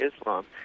Islam